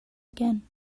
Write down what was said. again